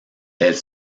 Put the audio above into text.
elle